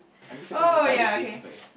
aren't you supposed to start with these phrase